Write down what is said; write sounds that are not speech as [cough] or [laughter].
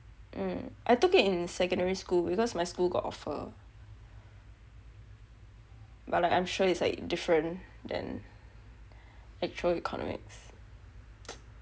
mm I took it in secondary school because my school got offer but like I'm sure is like different than actual economics [noise]